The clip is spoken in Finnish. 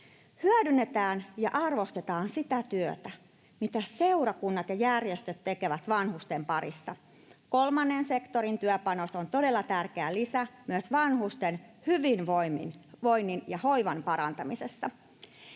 Hyödynnetään ja arvostetaan sitä työtä, mitä seurakunnat ja järjestöt tekevät vanhusten parissa. Kolmannen sektorin työpanos on todella tärkeä lisä myös vanhusten hyvinvoinnin ja hoivan parantamisessa.